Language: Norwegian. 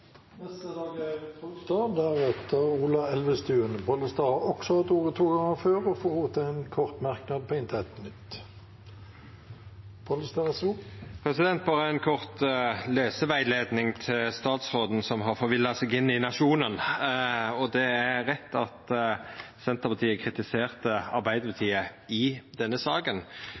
har hatt ordet to ganger tidligere og får ordet til en kort merknad, begrenset til 1 minutt. Berre ei kort leserettleiing til statsråden, som har forvilla seg inn i Nationen. Det er rett at Senterpartiet kritiserte Arbeidarpartiet i denne